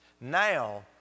Now